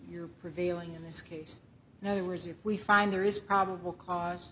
your prevailing in this case now you are as if we find there is probable cause